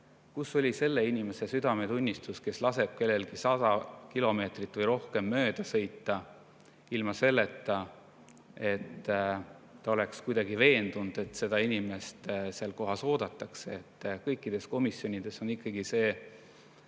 kus oli selle inimese südametunnistus, kes lasi kellelgi sõita 100 või rohkem kilomeetrit, ilma et ta oleks kuidagi veendunud, et seda inimest seal kohas oodatakse. Kõikides komisjonides on ikkagi see